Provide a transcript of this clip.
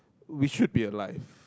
we should be alive